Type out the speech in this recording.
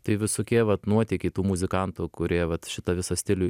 tai visokie vat nuotykiai tų muzikantų kurie vat šitą visą stilių